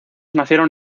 nacieron